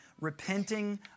repenting